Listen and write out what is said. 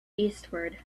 eastward